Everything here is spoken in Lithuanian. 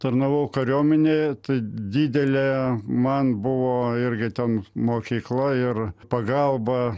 tarnavau kariuomenėje tai didelė man buvo irgi ten mokykla ir pagalba